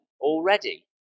already